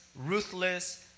ruthless